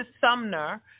Sumner